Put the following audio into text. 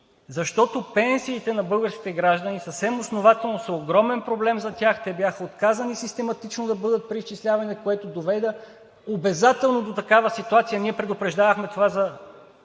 защото пенсиите на българските граждани съвсем основателно са огромен проблем за тях, те бяха отказани систематично да бъдат преизчислявани, което доведе обезателно до такава ситуация. Ние предупреждавахме това от